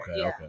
okay